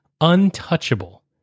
untouchable